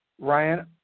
Ryan